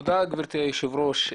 תודה גברתי יושבת הראש.